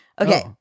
Okay